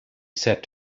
said